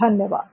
धन्यवाद